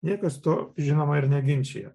niekas to žinoma ir neginčija